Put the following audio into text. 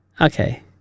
okay